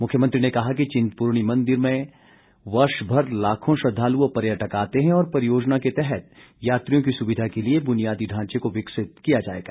मुख्यमंत्री ने कहा कि चिन्तपूर्णी मंदिर में वर्षभर लाखों श्रद्वालु व पर्यटक आते हैं और परियोजना के तहत यात्रियों की सुविधा के लिए बुनियादी ढांचे को विकसित किया जाएगा